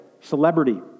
celebrity